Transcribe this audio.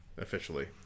officially